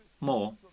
more